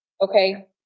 Okay